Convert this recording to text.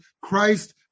Christ